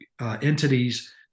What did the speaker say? entities